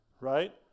right